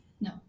No